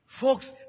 Folks